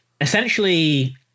essentially